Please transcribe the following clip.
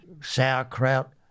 sauerkraut